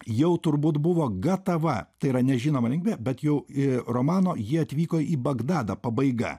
jau turbūt buvo gatava tai yra nežinoma linkme bet jau romano ji atvyko į bagdadą pabaiga